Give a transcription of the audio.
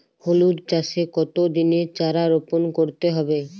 হলুদ চাষে কত দিনের চারা রোপন করতে হবে?